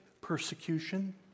persecution